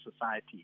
society